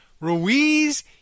Ruiz